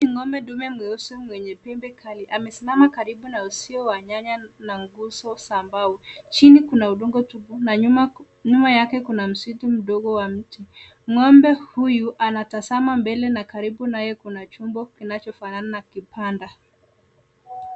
Ni ng'ombe ndume mweusi mwenye pembe kali. Amesimama karibu na usio wa nyaya na nguzo za mbao. Chini kuna udongo tupu, na nyuma yake kuna msitu mdogo wa miti. Ng'ombe huyu anatazama mbele na karibu naye kuna chombo kinachofanana na kibanda.